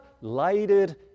lighted